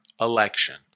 election